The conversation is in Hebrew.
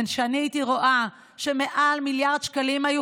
וכשאני הייתי רואה שמעל מיליארד שקלים היו